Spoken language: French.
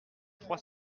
trois